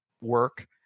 work